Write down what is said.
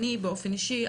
אני באופן אישי,